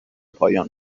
پایان